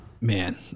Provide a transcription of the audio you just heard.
Man